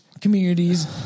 communities